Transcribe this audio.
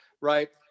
right